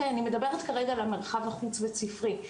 אני מדברת כרגע על המרחב החוץ בית ספרי.